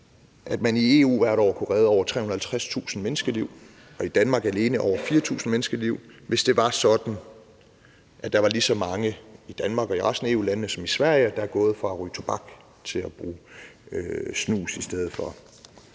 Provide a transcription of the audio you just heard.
at man i EU hvert år kunne redde over 350.000 menneskeliv og i Danmark alene over 4.000 menneskeliv, hvis det var sådan, at der var lige så mange i Danmark og i resten af EU-landene som i Sverige, der gik fra at ryge tobak til at bruge snus i stedet for,